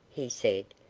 he said,